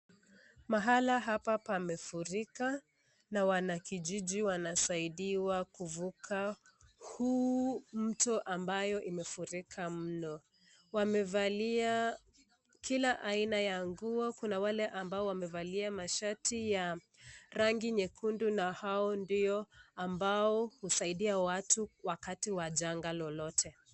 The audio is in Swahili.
Mahala hapa pamefurika na wanakijiji wanasaidiwa huu mto ambayo imefurika mno, wamevalia kila aina ya nguo, kuna wale ambao wamevalia mashati ya rangi nyekundu na hao ndio ambao husaidia watu wakati wa janga lolote.